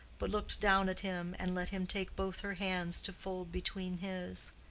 but looked down at him and let him take both her hands to fold between his.